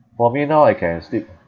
for me now I can sleep